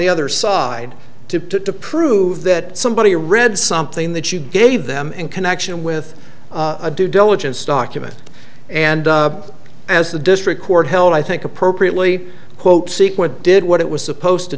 the other side to to prove that somebody read something that you gave them in connection with a due diligence document and as the district court held i think appropriately quote sequent did what it was supposed to